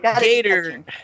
Gator